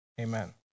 amen